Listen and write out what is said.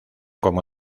como